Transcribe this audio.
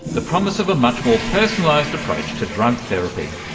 the promise of a much more personalised approach to drug therapy.